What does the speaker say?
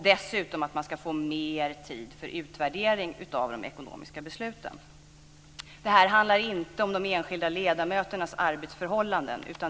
Dessutom skulle det bli mer tid för utvärdering av de ekonomiska besluten. Det här handlar inte om de enskilda ledamöternas arbetsförhållanden.